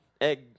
egg